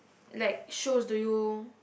like shows do you